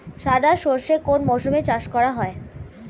সাদা সর্ষে কোন মরশুমে চাষ করা হয়?